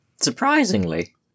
Surprisingly